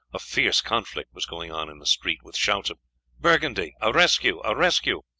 a fierce conflict was going on in the street, with shouts of burgundy! a rescue! a rescue!